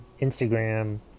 Instagram